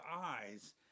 eyes